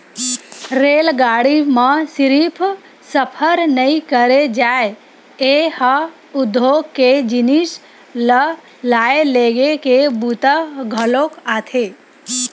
रेलगाड़ी म सिरिफ सफर नइ करे जाए ए ह उद्योग के जिनिस ल लाए लेगे के बूता घलोक आथे